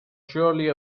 surely